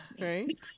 Right